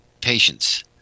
patience